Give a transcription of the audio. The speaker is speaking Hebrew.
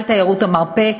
על תיירות המרפא.